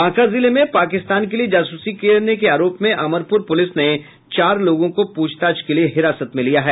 बांका जिले में पाकिस्तान के लिए जासूसी करने के आरोप में अमरपुर पुलिस ने चार लोगों को पूछताछ के लिए हिरासत में लिया है